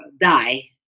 die